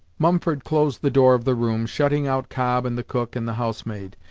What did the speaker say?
mumford closed the door of the room, shutting out cobb and the cook and the housemaid.